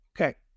Okay